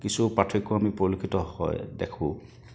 কিছু পাৰ্থক্য আমি পৰিলক্ষিত হয় দেখোঁ